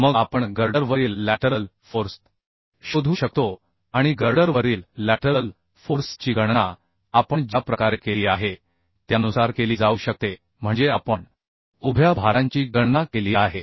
मग आपण गर्डरवरील लॅटरल फोर्स शोधू शकतो आणि गर्डरवरील लॅटरल फोर्स ची गणना आपण ज्या प्रकारे केली आहे त्यानुसार केली जाऊ शकते म्हणजे आपण उभ्या भारांची गणना केली आहे